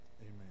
Amen